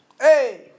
Hey